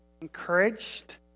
encouraged